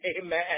Amen